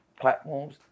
platforms